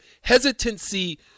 hesitancy